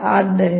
ಆದ್ದರಿಂದ